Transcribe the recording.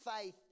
faith